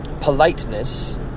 Politeness